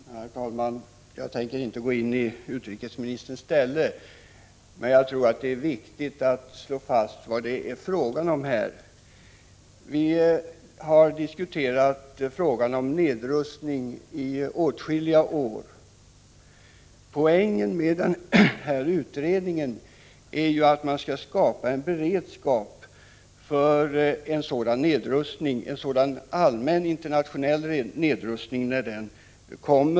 Herr talman! Jag skall inte gå in i debatten i utrikesministerns ställe, men jag tror det är viktigt att slå fast vad det är fråga om. Vi har diskuterat nedrustningsfrågorna i åtskilliga år. Poängen med den här utredningen är att man skall skapa en beredskap för en allmän internationell nedrustning.